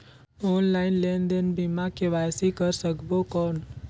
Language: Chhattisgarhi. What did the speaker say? ऑनलाइन लेनदेन बिना के.वाई.सी कर सकबो कौन??